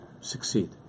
succeed